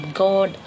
god